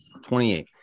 28